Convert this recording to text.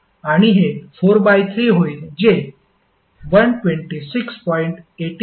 आणि हे 43 होईल जे 126